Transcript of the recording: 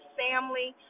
family